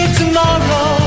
tomorrow